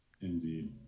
Indeed